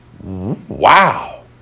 Wow